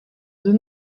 the